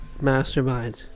mastermind